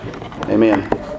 Amen